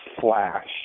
flash